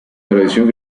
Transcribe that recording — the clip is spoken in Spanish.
tradición